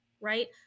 right